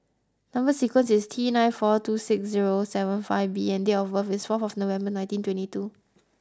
number sequence is T nine four two six zero seven five B and date of birth is four November nineteen twenty two